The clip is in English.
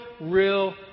real